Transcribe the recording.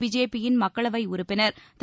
பிஜேபியின் மக்களவை உறுப்பினர் திரு